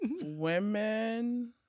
Women